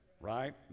right